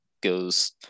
goes